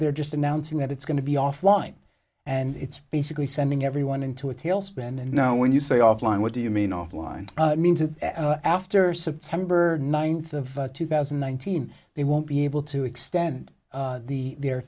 they're just announcing that it's going to be offline and it's basically sending everyone into a tailspin and now when you say offline what do you mean offline means that after september ninth of two thousand and nineteen they won't be able to extend the t